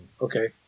Okay